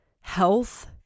health